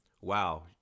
Wow